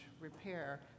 repair